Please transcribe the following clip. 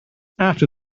after